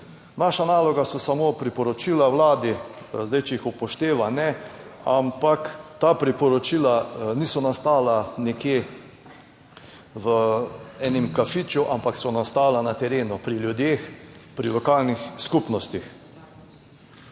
Naša naloga so samo priporočila Vladi, zdaj, če jih upošteva ne, ampak ta priporočila niso nastala nekje v enem kafiču, ampak so nastala na terenu, pri ljudeh, pri lokalnih skupnostih.